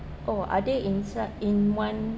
oh are they inside in one